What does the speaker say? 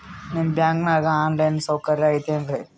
ನಿಮ್ಮ ಬ್ಯಾಂಕನಾಗ online ಸೌಕರ್ಯ ಐತೇನ್ರಿ?